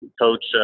coach